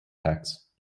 tax